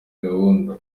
gahunda